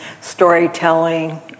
storytelling